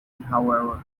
however